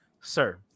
sir